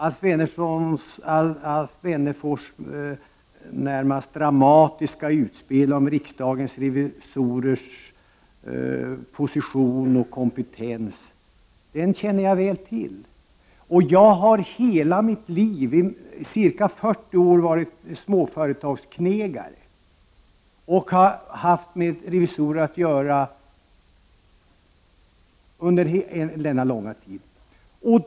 Alf Wennerfors närmast dramatiska utspel om riksdagens revisorers position och kompetens känner jag väl till. Jag har i hela mitt yrkesverksamma liv, ca 40 år, varit småföretagsknegare, och jag har haft med revisorer att göra under denna långa tid.